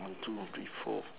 one two three four